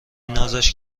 نازش